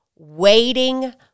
Waiting